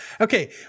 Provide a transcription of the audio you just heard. okay